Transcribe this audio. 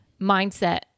mindset